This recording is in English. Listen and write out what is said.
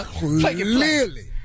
clearly